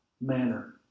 manner